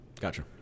Gotcha